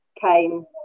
came